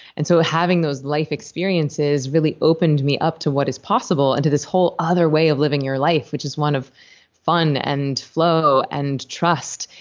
and so ah having those life experiences really opened me up to what is possible and to this whole other way of living your life which is one of fun and flow and trust,